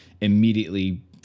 immediately